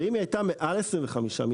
ואם היא הייתה מעל 25 מיליון,